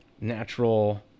natural